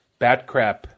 Batcrap